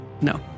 No